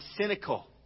cynical